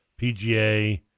PGA